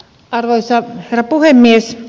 arvoisa herra puhemies